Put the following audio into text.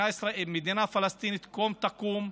מדינה פלסטינית קום תקום,